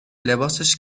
لباسش